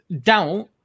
doubt